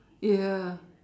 ya